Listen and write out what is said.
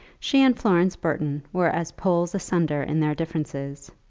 she and florence burton were as poles asunder in their differences.